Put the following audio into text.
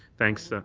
thanks, ah